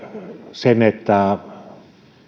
sen että